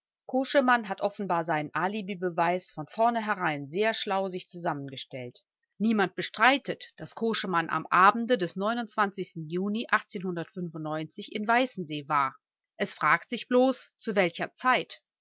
koschemann hat offenbar seinen alibibeweis von vornherein sehr schlau sich zusammengestellt niemand bestreitet daß koschemann am abende des juni in weißensee war es fragt sich bloß zu welcher zeit